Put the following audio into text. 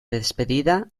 despedida